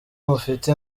mufite